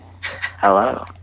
hello